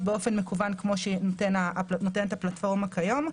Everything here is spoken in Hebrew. באופן מקוון כמו שנותנת הפלטפורמה כיום,